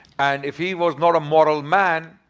and if he was not a moral man.